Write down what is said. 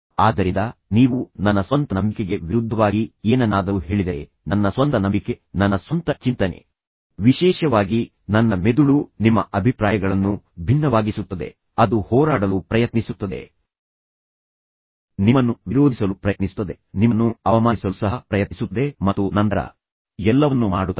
ಆದ್ದರಿಂದ ನೀವು ನನ್ನ ಸ್ವಂತ ನಂಬಿಕೆಗೆ ವಿರುದ್ಧವಾಗಿ ಏನನ್ನಾದರೂ ಹೇಳಿದರೆ ನನ್ನ ಸ್ವಂತ ನಂಬಿಕೆ ನನ್ನ ಸ್ವಂತ ಚಿಂತನೆ ವಿಶೇಷವಾಗಿ ನನ್ನ ಮೆದುಳು ನಿಮ್ಮ ಅಭಿಪ್ರಾಯಗಳನ್ನು ಭಿನ್ನವಾಗಿಸುತ್ತದೆ ಅದು ಹೋರಾಡಲು ಪ್ರಯತ್ನಿಸುತ್ತದೆ ನಿಮ್ಮನ್ನು ವಿರೋಧಿಸಲು ಪ್ರಯತ್ನಿಸುತ್ತದೆ ನಿಮ್ಮನ್ನು ಅವಮಾನಿಸಲು ಸಹ ಪ್ರಯತ್ನಿಸುತ್ತದೆ ಮತ್ತು ನಂತರ ಎಲ್ಲವನ್ನು ಮಾಡುತ್ತದೆ